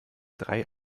drei